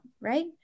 right